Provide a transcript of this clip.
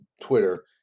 Twitter